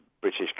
British